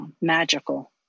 magical